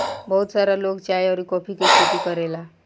बहुत सारा लोग चाय अउरी कॉफ़ी के खेती करेला